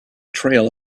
trail